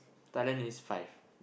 Thailand is five